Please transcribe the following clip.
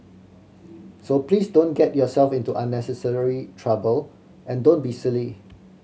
so please don't get yourself into unnecessary trouble and don't be silly